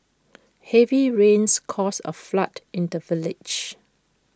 heavy rains caused A flood in the village